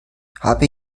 habe